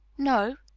no,